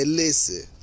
listen